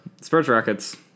Spurs-Rockets